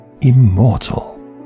immortal